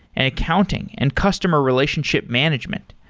and accounting, and customer relationship management.